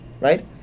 right